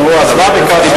נו, אז מה אם ביקשת?